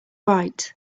right